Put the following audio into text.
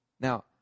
Now